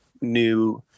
new